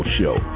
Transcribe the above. show